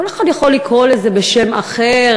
כל אחד יכול לקרוא לזה בשם אחר,